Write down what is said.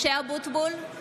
(קוראת בשמות חברי הכנסת) משה אבוטבול,